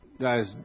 guys